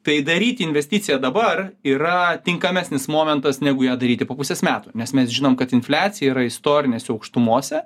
tai daryti investiciją dabar yra tinkamesnis momentas negu ją daryti po pusės metų nes mes žinom kad infliacija yra istorinėse aukštumose